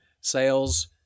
Sales